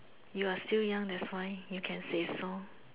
you are still young that's why you can say so